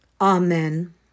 Amen